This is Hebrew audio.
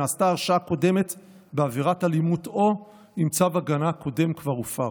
אם נעשתה הרשעה קודמת בעבירת אלימות או אם צו ההגנה הקודם כבר הופר.